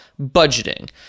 budgeting